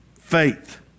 Faith